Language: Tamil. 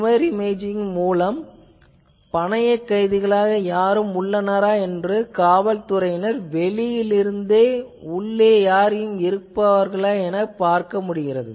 சுவர் இமேஜிங் மூலம் யாரேனும் பணயக்கைதிகளாக உள்ளனரா என காவல்துறையினர் வெளியிலிருந்து உள்ளே யார் இருக்கிறார்கள் எனப் பார்க்க பயன்படுகிறது